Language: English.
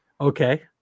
Okay